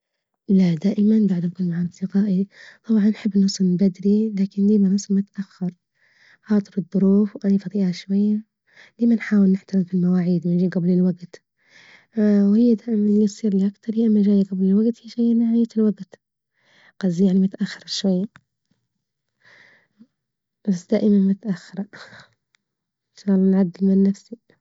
لا دائما بعد أكون مع أصدقائي طبعا أحب نوصل من بدري لكن دايما نوصل متأخر خاطر الظروف وأني بطيئة شوية، دايما نحاول نحترم في المواعيد ونيجي جبل الوجت، وهي دايما الناس ياللي أكتر يا أما جاية جبل الوجت يا جاية نهاية الوجت، قصدي يعني متأخر شوية، بس دائما متأخرة إن شاء الله نعدل من نفسي؟